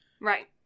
Right